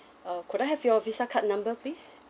uh could I have your visa card number please